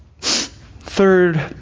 third